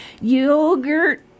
Yogurt